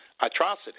atrocity